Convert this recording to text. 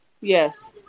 Yes